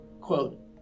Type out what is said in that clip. Quote